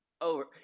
over –